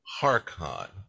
Harkon